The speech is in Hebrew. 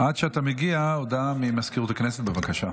עד שאתה מגיע, הודעה למזכירות הכנסת, בבקשה.